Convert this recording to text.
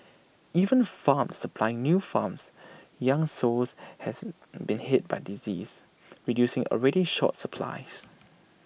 even farms supplying new farms young sows has been hit by disease reducing already short supplies